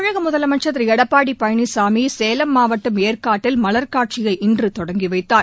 தமிழக முதலமைச்சர் திரு எடப்பாடி பழனிசாமி சேலம் மாவட்டம் ஏற்காட்டில் மலர் காட்சியை இன்று தொடங்கி வைத்தார்